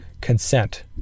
consent